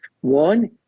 One